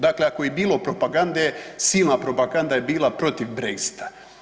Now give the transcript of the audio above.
Dakle ako je i bilo propagande, silna propaganda je bila protiv Brexita.